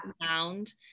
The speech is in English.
sound